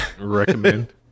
Recommend